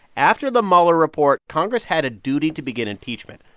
after the mueller report, congress had a duty to begin impeachment.